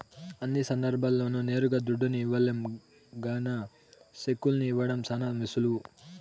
అన్ని సందర్భాల్ల్లోనూ నేరుగా దుడ్డుని ఇవ్వలేం గాన సెక్కుల్ని ఇవ్వడం శానా సులువు